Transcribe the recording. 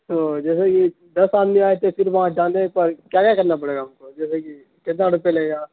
تو جیسے کہ دس آدمی آئے تھے پھر وہاں جانے پر کیا کیا کرنا پڑے گا ہم کو جیسے کہ کتنا روپیہ لگے گا